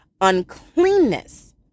uncleanness